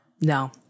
no